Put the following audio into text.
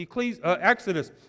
Exodus